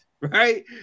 right